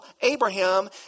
Abraham